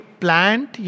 plant